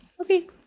Okay